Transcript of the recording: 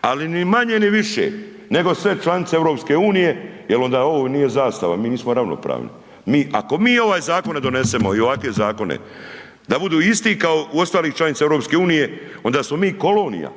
ali ni manje ni više nego sve članice EU jel onda ovo nije zastava, mi nismo ravnopravni. Ako mi ovaj zakon ne donesemo i ovakve zakone da budu isti kao u ostalih članica EU onda smo mi kolonija,